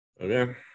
Okay